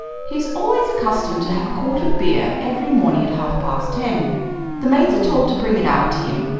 he is always accustomed to have a quart of beer every morning at half-past ten the maids are told to bring it out to him,